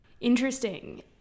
Interesting